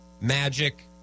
Magic